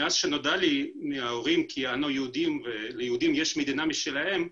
מאז נודע לי מההורים כי אנו יהודים וליהודים יש מדינה משלהם,